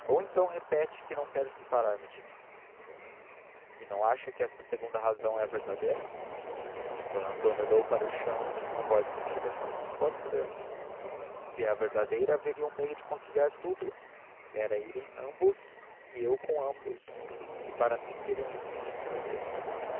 ou então repete que não quer separar-se de mim e não acha que esta segunda razão é a verdadeira d antônia olhou para o chão e disse com voz sumida pode ser se é a verdadeira haveria um meio de conciliar tudo era irem ambos e eu com ambos e para mim seria um imenso prazer